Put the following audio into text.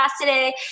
today